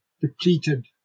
depleted